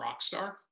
rockstar